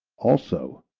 also,